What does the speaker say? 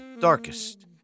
darkest